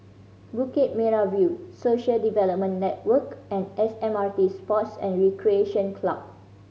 Bukit Merah View Social Development Network and S M R T Sports and Recreation Club